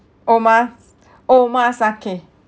omas~ omakase